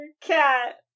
cat